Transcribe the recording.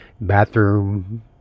bathroom